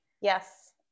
Yes